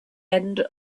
end